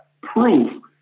proof